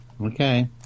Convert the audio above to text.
Okay